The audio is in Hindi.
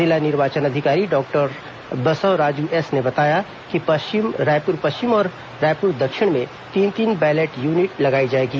जिला निर्वाचन अधिकारी डॉक्टर बसवराजू एस ने बताया कि रायपुर पश्चिम और रायपुर दक्षिण में तीन तीन बैलेट यूनिट लगाई जाएगी